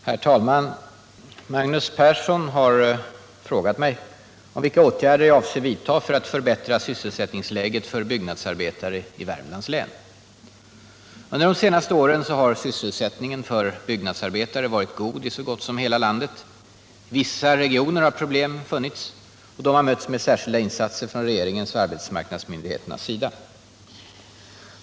Herr talman! Magnus Persson har frågat mig om vilka åtgärder jag avser vidta för att förbättra sysselsättningsläget för byggnadsarbetare i Värmlands län. Under de senaste åren har sysselsättningen för byggnadsarbetare varit god i så gott som hela landet. I vissa regioner har problem förelegat och de har mötts med särskilda insatser från regeringens och arbetsmarknadsmyndigheternas sida.